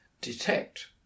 detect